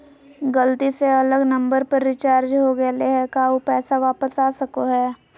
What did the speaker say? गलती से अलग नंबर पर रिचार्ज हो गेलै है का ऊ पैसा वापस आ सको है?